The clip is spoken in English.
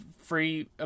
free